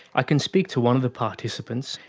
i can speak to one of the participants,